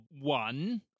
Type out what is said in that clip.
One